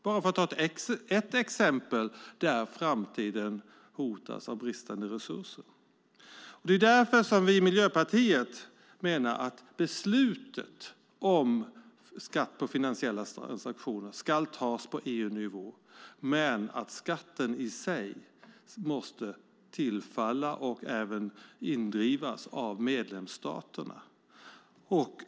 Detta är bara ett exempel på hur framtiden hotas av bristande resurser. Därför menar vi i Miljöpartiet att beslutet om skatt på finansiella transaktioner ska tas på EU-nivå men att skatten i sig måste tillfalla och även indrivas av medlemsstaterna.